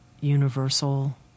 universal